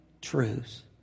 truths